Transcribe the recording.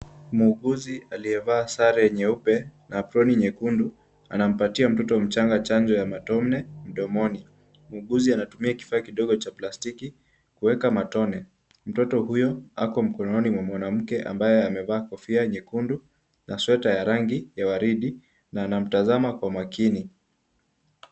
Muuguzi aliyevaa sare nyeupe na aproni nyekundu, anampatia mtoto mchanga chanjo ya matone mdomoni. Muuguzi anatumia kifaa kidogo cha plastiki kuweka matone. Mtoto huyo ako mkononi mwa mwanamke ambaye amevaa kofia nyekundu na sweta ya rangi ya waridi na anamtazama kwa makini.